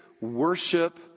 worship